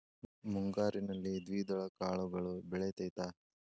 ಮುಂಗಾರಿನಲ್ಲಿ ದ್ವಿದಳ ಕಾಳುಗಳು ಬೆಳೆತೈತಾ?